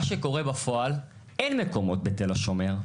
מה שקורה בפועל אין מקומות בתל השומר.